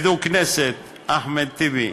אחמד, עדּו אל-כניסת אחמד א-טיבי,